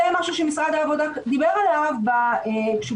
זה משהו שמשרד העבודה דיבר עליו כשהוא